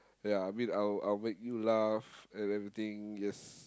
ya I mean I'll I'll make you laugh and everything yes